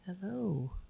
Hello